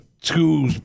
two